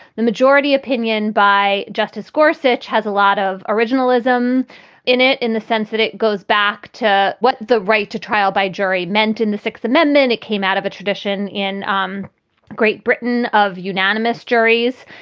the majority opinion by justice schaus, which has a lot of originalism in it, in the sense that it goes back to what the right to trial by jury meant in the sixth amendment. it came out of a tradition in um great britain of unanimous juries.